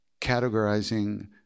categorizing